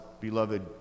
beloved